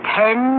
ten